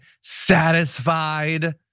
satisfied